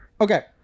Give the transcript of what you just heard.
Okay